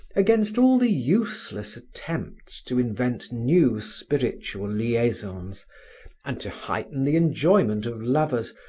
against all the useless attempts to invent new spiritual liaisons and to heighten the enjoyment of lovers,